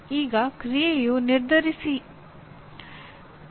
ಈಗ ಕ್ರಿಯೆಯು "ನಿರ್ಧರಿಸಿ"